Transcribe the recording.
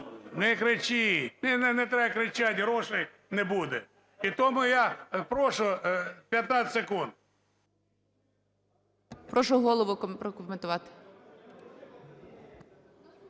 Не кричіть, не треба кричати – грошей не буде. І тому я прошу 15 секунд. ГОЛОВУЮЧИЙ. Прошу голову прокоментувати.